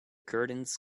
curtains